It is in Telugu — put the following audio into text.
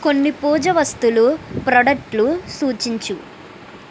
కొన్ని పూజ వస్తులు ప్రాడక్టులు సూచించు